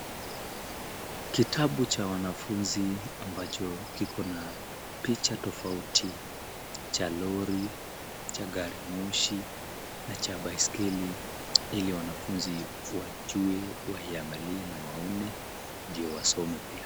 Kitabu cha wanafunzi ambacho kiko na picha tofauti cha lori, cha gari moshi na cha baiskeli, ili wanafunzi wajue, wayaangalie na waone ndio wasome pia.